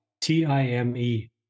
T-I-M-E